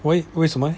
为为什么 leh